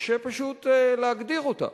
שקשה פשוט להגדיר אותה,